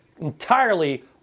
entirely